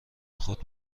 خود